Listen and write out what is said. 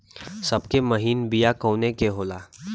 सबसे महीन बिया कवने के होला?